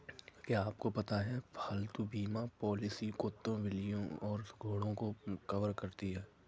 क्या आपको पता है पालतू बीमा पॉलिसियां कुत्तों, बिल्लियों और घोड़ों को कवर करती हैं?